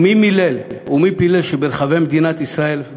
ומי מילל ומי פילל שברחבי מדינת ישראל,